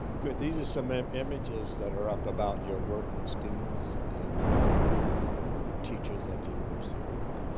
good, these are some ah um images that are up about your work with students and ah your teachers at the university of maryland.